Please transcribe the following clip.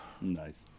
nice